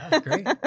Great